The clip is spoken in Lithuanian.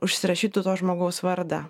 užsirašytų to žmogaus vardą